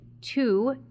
two